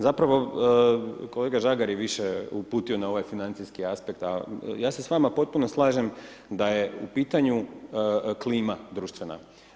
Zapravo kolega Žagar je više uputio na financijski aspekt, a ja se s vama potpuno slažem da je u pitanju klima društvena.